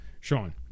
Sean